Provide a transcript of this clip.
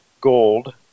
gold